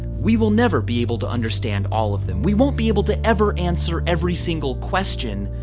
we will never be able to understand all of them. we won't be able to ever answer every single question,